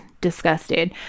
disgusted